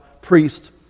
priest